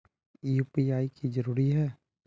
UPI की जरूरी है?